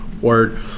Word